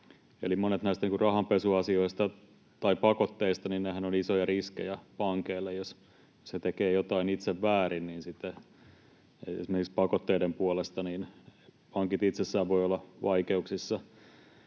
monet näistä rahanpesuasioista tai pakotteista ovat isoja riskejä pankeille. Jos he itse tekevät jotain väärin, niin sitten esimerkiksi pakotteiden puolesta pankit itsessään voivat olla vaikeuksissa.